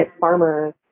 farmers